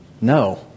no